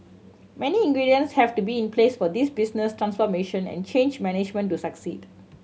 many ingredients have to be in place for this business transformation and change management to succeed